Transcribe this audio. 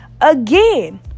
Again